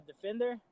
defender